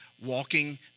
walking